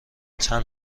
چند